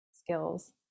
skills